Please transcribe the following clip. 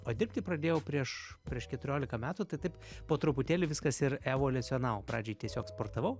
o dirbti pradėjau prieš prieš keturiolika metų ta taip po truputėlį viskas ir evoliucionavo pradžioj tiesiog sportavau